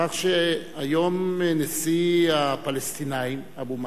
מכך שהיום נשיא הפלסטינים, אבו מאזן,